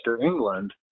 England